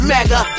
Mega